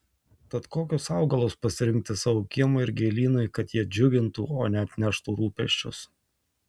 tad kokius augalus pasirinkti savo kiemui ir gėlynui kad jie džiugintų o ne atneštų rūpesčius